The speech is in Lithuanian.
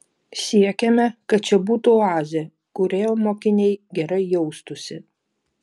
siekiame kad čia būtų oazė kurioje mokiniai gerai jaustųsi